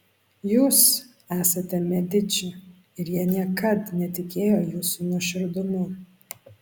jūs esate mediči ir jie niekad netikėjo jūsų nuoširdumu